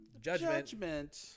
Judgment